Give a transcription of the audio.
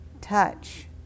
touch